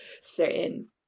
certain